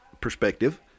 perspective